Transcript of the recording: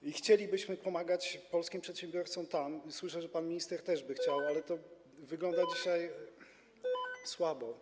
I chcielibyśmy pomagać tam polskim przedsiębiorcom, i słyszę, że pan minister też by chciał, ale wygląda to dzisiaj słabo.